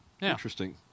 Interesting